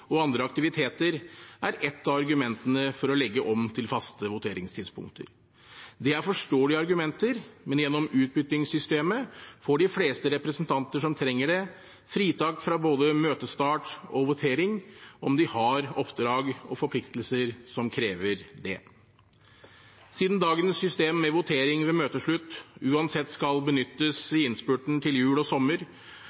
og andre aktiviteter er et av argumentene for å legge om til faste voteringstidspunkter. Det er forståelige argumenter, men gjennom utbyttingssystemet får de fleste representanter som trenger det, fritak fra både møtestart og votering om de har oppdrag og forpliktelser som krever det. Siden dagens system med votering ved møteslutt uansett skal benyttes